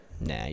Nah